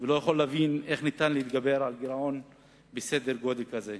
ולא יכול להבין איך ניתן להתגבר על גירעון בסדר-גודל כזה.